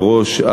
מראש,